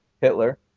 Hitler